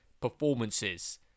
performances